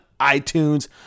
iTunes